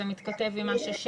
זה מתכתב עם מה ששאלת,